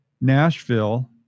Nashville